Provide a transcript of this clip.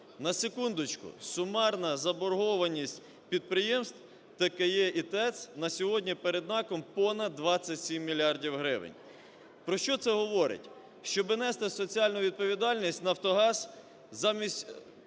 На секундочку, сумарна заборгованість підприємств ТКЕ і ТЕЦ на сьогодні перед НАКом понад 27 мільярдів гривень. Про що це говорить? Щоб нести соціальну відповідальність, "Нафтогаз" замість